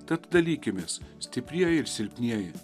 tad dalykimės stiprieji ir silpnieji